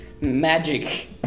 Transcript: magic